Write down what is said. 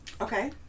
Okay